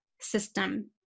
system